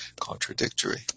contradictory